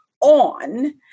on